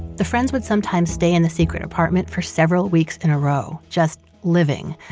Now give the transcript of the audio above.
the friends would sometimes stay in the secret apartment for several weeks in a row, just, living.